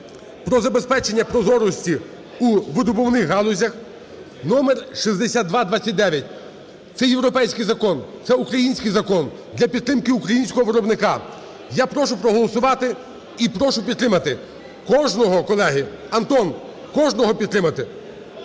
про забезпечення прозорості у видобувних галузях (№ 6229). Це європейський закон, це український закон для підтримки українського виробника. Я прошу проголосувати і прошу підтримати кожного, колеги. Антон, кожного підтримати.